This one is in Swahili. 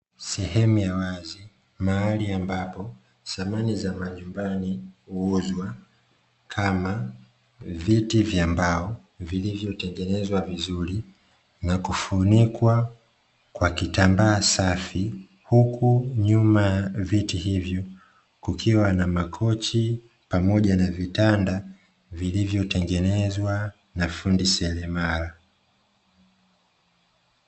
Sehemu ya wazi mahali ambapo samani za majumbani huuzwa kama; viti vya mbao vilivyotengenezwa vizuri na kufunikwa kwa kitambaa safi, huku nyuma ya viti hivyo kukiwa na makochi, pamoja na vitanda vilivyotengenezwa na fundi seremala.